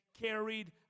carried